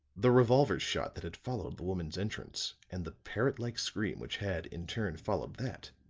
the revolver shot that had followed the woman's entrance and the parrot-like scream which had, in turn, followed that,